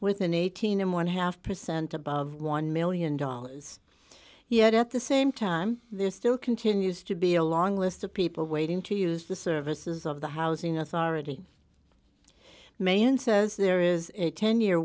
with an eighteen and one half percent above one million dollars yet at the same time there's still continues to be a long list of people waiting to use the services of the housing authority maine says there is a ten year